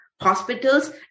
hospitals